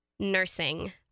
Nursing